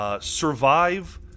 Survive